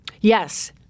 Yes